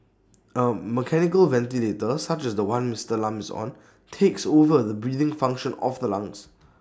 A mechanical ventilator such as The One Mister Lam is on takes over the breathing function of the lungs